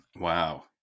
Wow